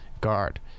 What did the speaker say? guard